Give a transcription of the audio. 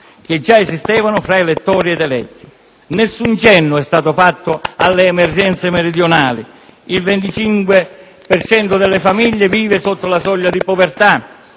che già esistevano tra elettori ed eletti. Nessun cenno è stato fatto alle emergenze meridionali: il 25 per cento delle famiglie vive sotto la soglia di povertà;